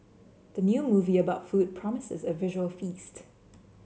the new movie about food promises a visual feast